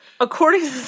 according